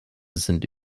sind